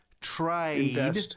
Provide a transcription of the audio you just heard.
trade